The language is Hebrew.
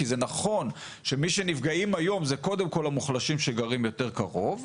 כי זה נכון שמי שנפגעים היום זה קודם כל המוחלשים שגרים יותר קרוב,